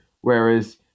Whereas